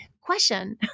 question